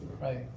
Right